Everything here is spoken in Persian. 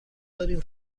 داریم